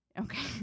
Okay